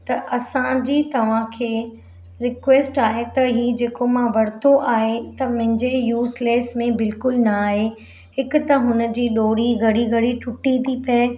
त असांजी तव्हां खे रिक्वेस्ट आहे त ही जेको मां वरितो आहे त मुंहिंजी यूज़लेस में बिल्कुलु न आहे हिकु त हुन जी डोरी घणी घणी टूटी थी पए